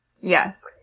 Yes